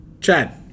Chad